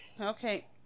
Okay